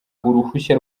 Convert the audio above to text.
uruhushya